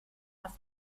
auf